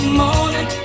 morning